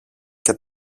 και